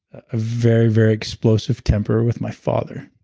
a very, very explosive temper with my father.